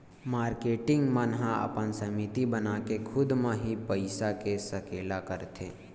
marketing मन ह अपन समिति बनाके खुद म ही पइसा के सकेला करथे